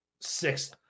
six